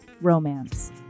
Romance